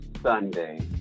Sunday